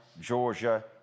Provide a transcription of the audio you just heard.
georgia